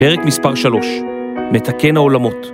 פרק מספר 3, מתקן העולמות